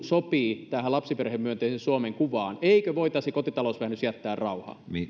sopii tähän lapsiperhemyönteisen suomen kuvaan eikö voitaisi kotitalousvähennys jättää rauhaan